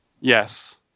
Yes